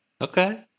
Okay